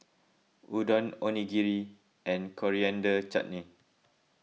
Udon Onigiri and Coriander Chutney